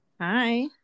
Hi